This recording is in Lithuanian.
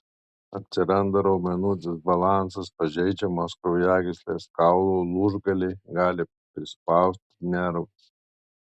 atsiranda raumenų disbalansas pažeidžiamos kraujagyslės kaulų lūžgaliai gali prispausti nervus